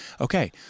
Okay